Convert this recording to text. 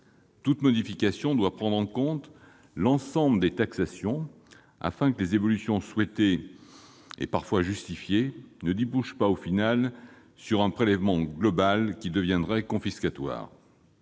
Toute modification doit prendre en compte l'ensemble des taxations, afin que les évolutions souhaitées et parfois justifiées ne débouchent pas, en définitive, sur un prélèvement global qui deviendrait confiscatoire.